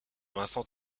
vincent